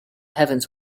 heavens